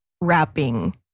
wrapping